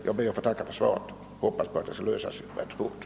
Jag ber att få tacka för svaret och hoppas att problemet skall lösas.